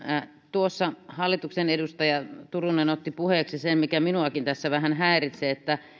tuossa hallituksen edustaja turunen otti puheeksi sen mikä minuakin tässä vähän häiritsee että